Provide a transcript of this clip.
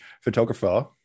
photographer